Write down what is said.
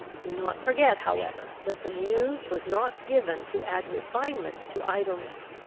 do not forget, however, that the muse was not given to add refinements to idleness,